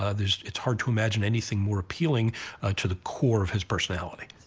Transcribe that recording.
ah there's, it's hard to imagine anything more appealing to the core of his personality.